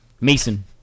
Mason